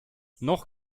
noch